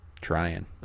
Trying